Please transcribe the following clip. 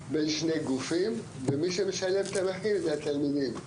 בין שני גופים ומי שמשלם את המחיר זה התלמידים.